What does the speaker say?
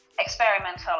experimental